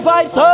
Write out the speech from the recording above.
Vibes